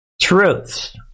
truths